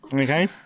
Okay